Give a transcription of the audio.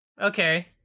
okay